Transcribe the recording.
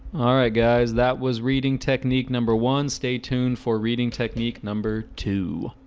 alright guys that was reading technique number one stay tuned for reading technique number two